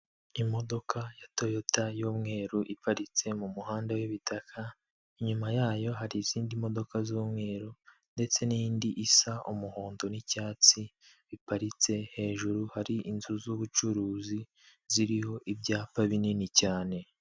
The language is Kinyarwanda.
Imodoka ya toyota y'umweru iparitse mu muhanda w'ibitaka, inyuma yayo hari izindi modoka z'umweru, ndetse n'indi isa umuhondo n'icyatsi biparitse, hejuru hari inzu z'ubucuruzi ziriho ibyapa binini cyane.